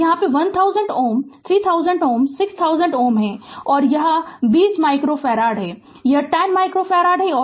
तो यह 1000 ohm 3000 ohm 6000 ohm है और यह 20 माइक्रो फैराड है यह 10 माइक्रो फैराड है